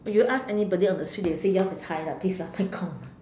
you ask anybody on the streets they will say yours is high lah please ah Mai-Gong